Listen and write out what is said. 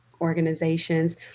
organizations